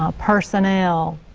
um personnel,